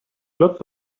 lots